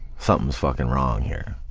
something's fucking wrong here.